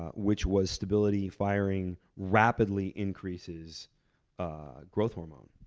which was stability firing rapidly increases ah growth hormone.